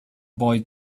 boy